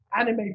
anime